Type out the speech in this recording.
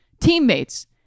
teammates